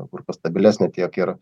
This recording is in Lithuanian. kur kas stabilesnė tiek ir